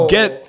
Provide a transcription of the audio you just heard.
Get